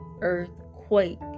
earthquake